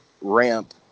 ramp